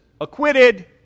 Acquitted